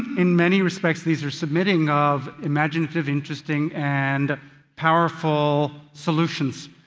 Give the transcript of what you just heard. in many respects, these are submitting of imaginative, interesting, and powerful solutions.